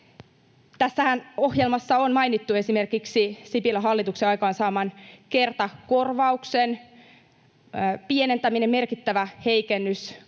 Tässä ohjelmassahan on mainittu esimerkiksi Sipilän hallituksen aikaansaaman kertakorvauksen pienentäminen, merkittävä heikennys: